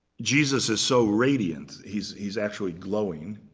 jesus is so radiant he's he's actually glowing,